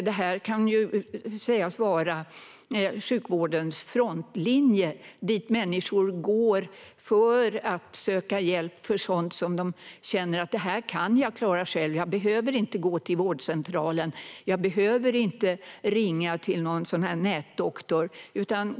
Detta kan sägas vara sjukvårdens frontlinje dit människor går för att söka hjälp för sådant som de känner att de kan klara själva, att de inte behöver gå till vårdcentralen eller ringa till en nätdoktor.